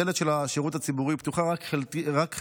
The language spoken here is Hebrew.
הדלת של השירות הציבורי פתוחה רק חלקית,